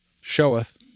showeth